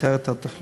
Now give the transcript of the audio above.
שאיתר את התחלואה,